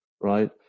right